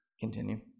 continue